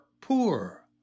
poor